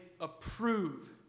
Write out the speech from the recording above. approve